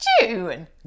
June